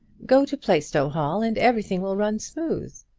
go to plaistow hall, and everything will run smooth.